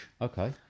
Okay